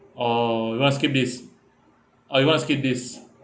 or you want to skip this ah you want to skip this